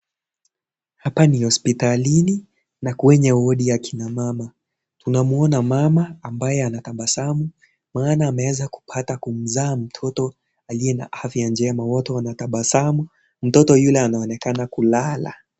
Hapa ni hospitalini na kwenye wodi ya akina mama. Tunamwona mama ambaye anatabasamu maana ameweza kupata kumzaa mtoto aliye na afya njema wote wanatabasamu mtoto yule anaonekana kulala.